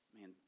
man